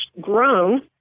grown